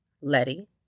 Letty